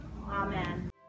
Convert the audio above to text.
Amen